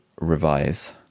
revise